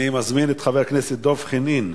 אני מזמין את חבר הכנסת דב חנין,